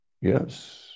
Yes